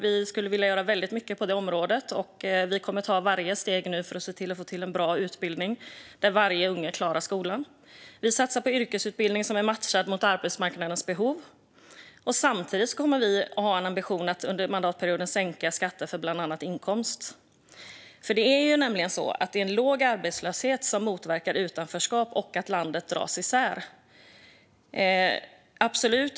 Vi skulle vilja göra väldigt mycket på det området. Vi kommer nu att ta varje steg för att se till att få en bra utbildning där varje unge klarar skolan. Vi satsar på yrkesutbildning som är matchad mot arbetsmarknadens behov. Samtidigt kommer vi att ha en ambition att under mandatperioden sänka skatter på bland annat inkomst. Det är en låg arbetslöshet som motverkar utanförskap och att landet dras isär.